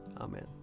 Amen